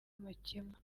amakemwa